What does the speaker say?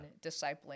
discipling